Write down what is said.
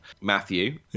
Matthew